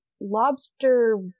lobster